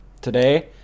today